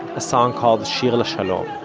a song called, shir lashalom,